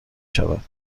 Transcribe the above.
شود